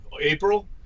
April